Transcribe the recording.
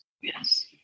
Yes